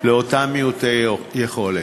לאותם מעוטי יכולת,